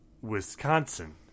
Wisconsin